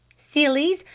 sillies!